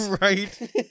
Right